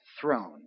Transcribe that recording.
throne